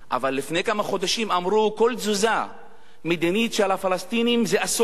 אבל לפני כמה חודשים אמרו: כל תזוזה מדינית של הפלסטינים זה אסון.